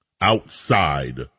Outside